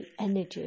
energy